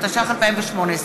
התשע"ח 2018,